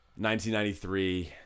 1993